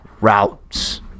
routes